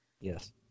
yes